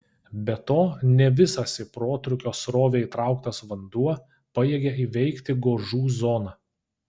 be to ne visas į protrūkio srovę įtrauktas vanduo pajėgia įveikti gožų zoną